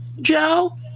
Joe